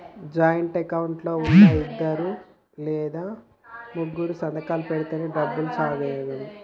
joint account లో ఉన్నా ఇద్దరు లేదా ముగ్గురూ సంతకాలు పెడితేనే డబ్బులు డ్రా చేయగలం